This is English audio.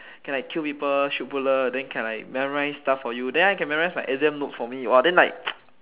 can like kill people shoot bullet then can like memorise stuff for you then I can memorise my exam notes for me !wah! then like